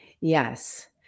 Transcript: Yes